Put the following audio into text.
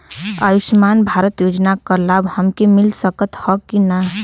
आयुष्मान भारत योजना क लाभ हमके मिल सकत ह कि ना?